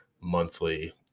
monthly